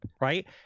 right